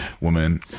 woman